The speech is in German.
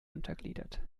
untergliedert